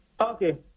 Okay